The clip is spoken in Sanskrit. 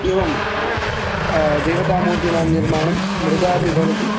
एवं देवतामूर्तिनां निर्माणं मृदापि भवति